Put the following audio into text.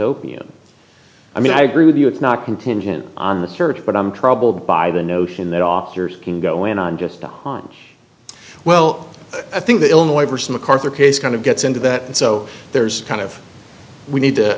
opium i mean i agree with you it's not contingent on the search but i'm troubled by the notion that officers can go in and just don well i think the illinois person the carter case kind of gets into that and so there's kind of we need to